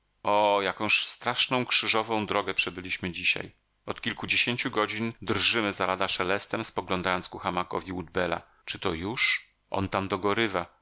o jakąż straszną krzyżową drogę przebyliśmy dzisiaj od kilkudziesięciu godzin drżymy za lada szelestem spoglądając ku hamakowi woodbella czy to już on tam dogorywa co do